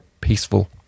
peaceful